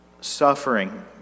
suffering